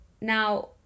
Now